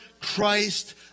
Christ